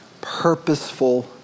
Purposeful